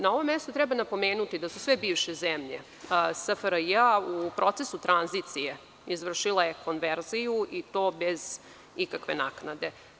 Na ovom mestu treba napomenuti da su sve bivše zemlje SFRJ u procesu tranzicije izvršile konverziju i to bez ikakve naknade.